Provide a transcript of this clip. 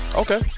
Okay